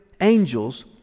angels